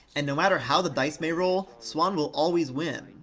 and no matter how the dice may roll, swan will always win.